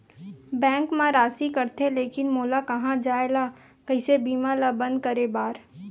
Bank मा राशि कटथे लेकिन मोला कहां जाय ला कइसे बीमा ला बंद करे बार?